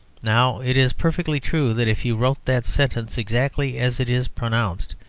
now, it is perfectly true that if you wrote that sentence exactly as it is pronounced,